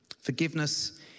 Forgiveness